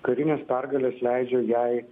karinės pergalės leidžia jai